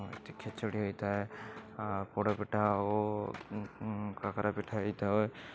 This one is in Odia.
ଏଇଠି ଖେଚଡ଼ି ହୋଇଥାଏ ପୋଡ଼ ପିଠା ଆଉ କାକରା ପିଠା ହେଇଥାଏ